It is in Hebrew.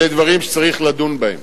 אלה דברים שצריך לדון בהם.